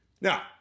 Now